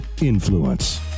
Influence